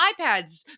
iPads